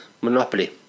monopoly